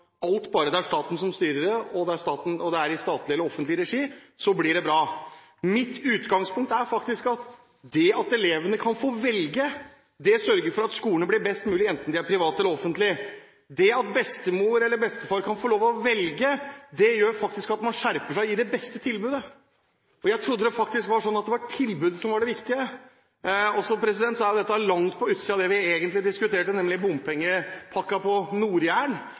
det at elevene kan få velge, gjør at skolene blir best mulig, enten de er private eller offentlige. Det at bestemor eller bestefar kan få lov til å velge, gjør at man faktisk skjerper seg og gir det beste tilbudet. Jeg trodde det faktisk var sånn at det var tilbudet som var det viktige. Dette er langt på utsiden av det vi egentlig diskuterer nå, nemlig bompengepakken på